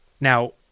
Now